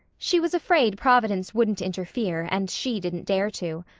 she was afraid providence wouldn't interfere and she didn't dare to.